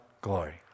glory